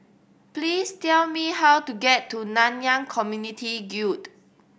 please tell me how to get to Nanyang Khek Community Guild